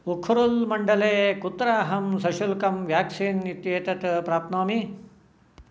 उख्रुलमण्डले कुत्र अहं सशुल्कं व्याक्सीन् इत्येतत् प्राप्नोमि